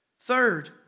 Third